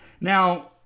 Now